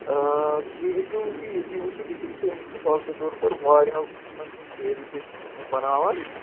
سُہ ہیٚکِو تُہۍ ییٚتی وٕچھِتھ ییٚتٮ۪ن چھِ مِثال کے طور پَر واریہو قٕسمَن ہٕنٛد سیرِ چھِ أسۍ بَناوان